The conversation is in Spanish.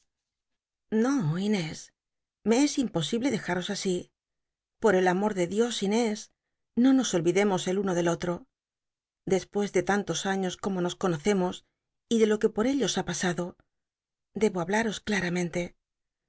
inés me es imposible dejar'os así por el am or de dios inés no nos ohidcmos el tmo del otro dcspucs de tantos aiios como nos conocemos y de lo lllc por ellos ha pasado debo hablaros